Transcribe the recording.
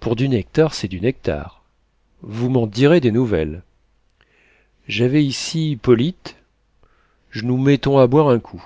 pour du nectar c'est du nectar vous m'en direz des nouvelles j'avais ici polyte j'nous mettons à boire un coup